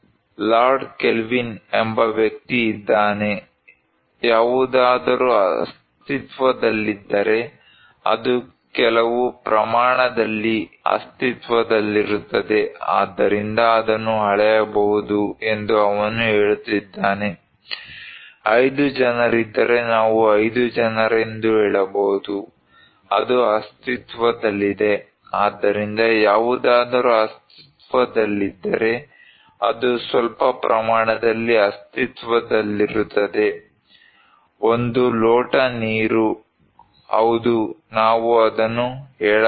lord Kelvin ಎಂಬ ವ್ಯಕ್ತಿ ಇದ್ದಾನೆ ಯಾವುದಾದರೂ ಅಸ್ತಿತ್ವದಲ್ಲಿದ್ದರೆ ಅದು ಕೆಲವು ಪ್ರಮಾಣದಲ್ಲಿ ಅಸ್ತಿತ್ವದಲ್ಲಿರುತ್ತದೆ ಆದ್ದರಿಂದ ಅದನ್ನು ಅಳೆಯಬಹುದು ಎಂದು ಅವನು ಹೇಳುತ್ತಿದ್ದಾನೆ 5 ಜನರಿದ್ದರೆ ನಾವು 5 ಜನರೆಂದು ಹೇಳಬಹುದು ಅದು ಅಸ್ತಿತ್ವದಲ್ಲಿದೆ ಆದ್ದರಿಂದ ಯಾವುದಾದರೂ ಅಸ್ತಿತ್ವದಲ್ಲಿದ್ದರೆ ಅದು ಸ್ವಲ್ಪ ಪ್ರಮಾಣದಲ್ಲಿ ಅಸ್ತಿತ್ವದಲ್ಲಿರುತ್ತದೆ ಒಂದು ಲೋಟ ನೀರು ಹೌದು ನಾವು ಅದನ್ನು ಹೇಳಬಹುದು